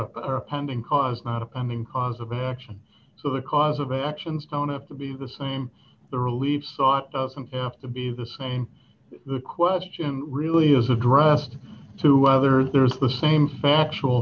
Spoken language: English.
a pending cause not a pending cause of action so the cause of actions don't have to be the same the relief sought to be the same the question really is addressed to others there's the same factual